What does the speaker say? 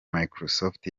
microsoft